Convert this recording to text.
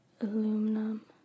aluminum